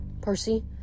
Percy